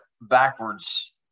backwards